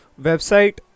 website